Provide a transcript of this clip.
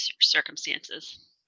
circumstances